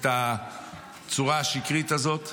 את הצורה השקרית הזאת.